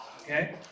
okay